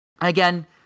again